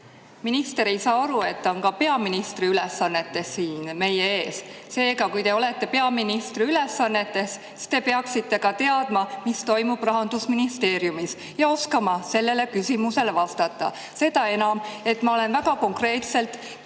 minister ei saa aru, et ta on ka peaministri ülesannetes siin meie ees. Seega, kui te olete peaministri ülesannetes, siis te peaksite ka teadma, mis toimub Rahandusministeeriumis, ja oskama sellele küsimusele vastata. Seda enam, et ma olen väga konkreetselt